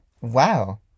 wow